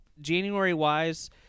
January-wise